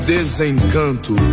Desencanto